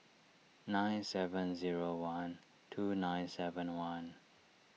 nine seven zero one two nine seven one